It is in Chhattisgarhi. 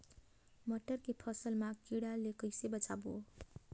मटर के फसल मा कीड़ा ले कइसे बचाबो?